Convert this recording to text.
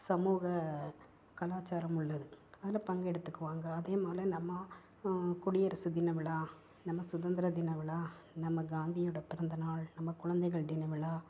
சமூக கலாச்சாரம் உள்ளது அதில் பங்கெடுத்துக்குவாங்க அதேப்போல் நம்ம குடியரசு தினவிழா நம்ம சுதந்திர தினவிழா நம்ம காந்தியோட பிறந்தநாள் நம்ம குழந்தைகள் தினவிழா